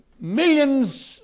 millions